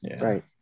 Right